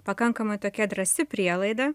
pakankamai tokia drąsi prielaida